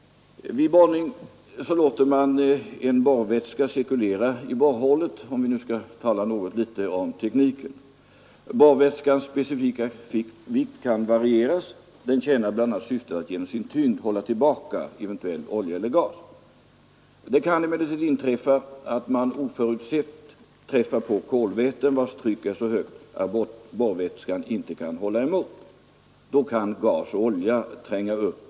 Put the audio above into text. Vid borrning låter man en borrvätska cirkulera i borrhålet — om vi nu skall tala något litet om tekniken. Borrvätskans specifika vikt kan varieras. Den tjänar bl.a. syftet att genom sin tyngd hålla tillbaka eventuell olja eller gas. Det kan emellertid inträffa att man oförutsett träffar på kolväte vars tryck är så högt att borrvätskan inte kan hålla emot. Då kan gas och olja tränga upp.